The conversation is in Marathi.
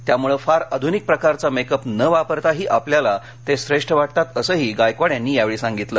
त्यामुळे फार आधूनिक प्रकारचा मेकअप न वापरताही आपल्याला ते श्रेष्ठ वाटतात असंही गायकवाड यांनी यावेळी सांगितलं